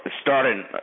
starting